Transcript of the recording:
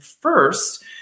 first